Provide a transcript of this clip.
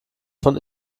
von